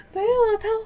but then !wah! 他